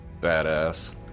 Badass